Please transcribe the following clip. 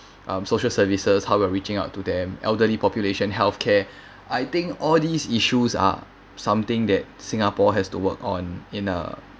um social services how we are reaching out to them elderly population healthcare I think all these issues are something that singapore has to work on in a